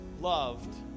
loved